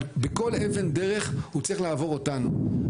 בכל אבן דרך הוא צריך לעבור אותנו.